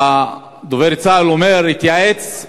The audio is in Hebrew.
דובר צה"ל אומר שהתייעצו